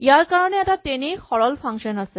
ইয়াৰ কাৰণে এটা তেনেই সৰল ফাংচন আছে